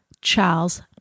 Charles